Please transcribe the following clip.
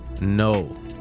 No